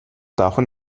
davon